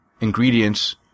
ingredients